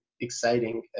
exciting